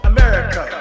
America